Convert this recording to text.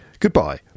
Goodbye